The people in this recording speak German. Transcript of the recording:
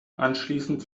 anschließend